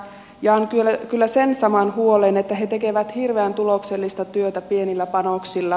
jaan kyllä sen saman huolen että he tekevät hirveän tuloksellista työtä pienillä panoksilla